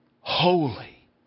holy